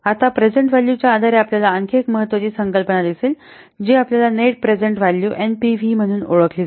आता प्रेझेंट व्हॅल्यूच्या आधारे आपल्याला आणखी एक महत्वाची संकल्पना दिसेल जी आपल्याला नेट प्रेझेंट व्हॅल्यू एनपीव्ही म्हणून ओळखली जाते